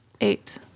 Eight